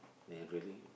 they really